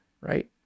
right